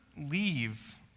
leave